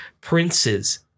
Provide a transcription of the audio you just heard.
princes